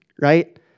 right